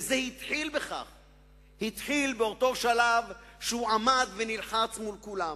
וזה התחיל באותו שלב שהוא עמד ונלחץ מול כולם.